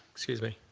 excuse me.